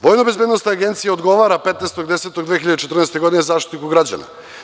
Vojnobezbednosna agencija odgovara 15.10.2014. godine Zaštitniku građana.